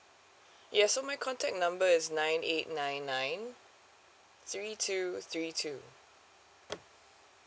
ya so my contact number is nine eight nine nine three two three two